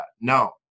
no